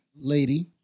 lady